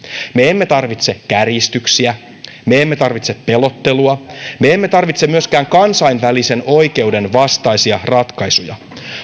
me emme tarvitse kärjistyksiä me emme tarvitse pelottelua me emme tarvitse myöskään kansainvälisen oikeuden vastaisia ratkaisuja